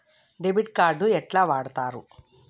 Debit card ఎట్లా వాడుతరు?